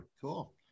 Cool